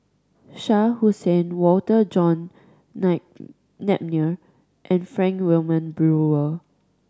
Shah Hussain Walter John Nape Napier and Frank Wilmin Brewer